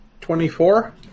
Twenty-four